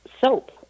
soap